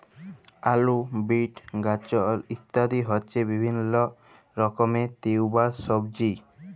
আলু, বিট, গাজর ইত্যাদি হচ্ছে বিভিল্য রকমের টিউবার সবজি